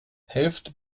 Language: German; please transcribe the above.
helft